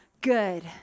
good